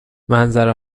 منظره